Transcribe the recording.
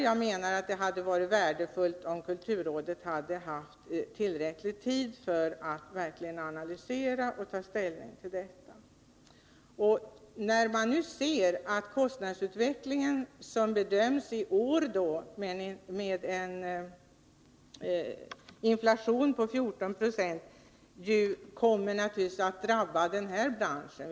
Jag menar att det hade varit värdefullt om kulturrådet haft tillräcklig tid att verkligen analysera och ta ställning till detta. Kostnadsutvecklingen, där inflationen i år bedöms uppgå till 14 96, kommer naturligtvis att drabba den här branschen.